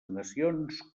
nacions